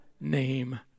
name